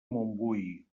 montbui